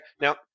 now